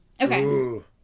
Okay